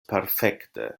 perfekte